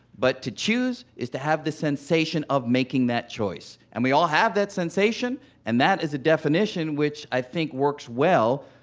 but to choose is to have the sensation of making that choice. and we all have that sensation and that is a definition which i think works well.